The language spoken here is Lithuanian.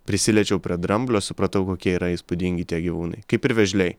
prisiliečiau prie dramblio supratau kokie yra įspūdingi tie gyvūnai kaip ir vėžliai